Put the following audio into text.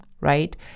Right